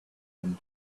into